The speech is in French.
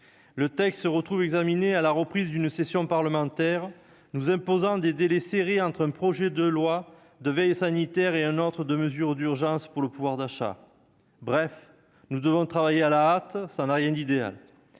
Le texte se retrouve examiné à la reprise d'une session parlementaire, nous imposant des délais serrés, entre un projet de loi de veille sanitaire et un autre de mesures d'urgence pour la protection du pouvoir d'achat. Bref, nous devons travailler à la hâte : cela n'a rien d'idéal